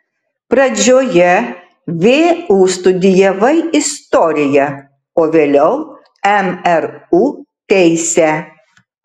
pradžioje vu studijavai istoriją o vėliau mru teisę